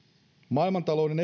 maailmantalouden